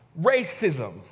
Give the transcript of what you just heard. racism